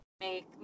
make